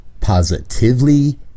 positively